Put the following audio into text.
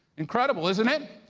incredible isn't it?